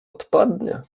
odpadnie